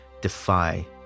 defy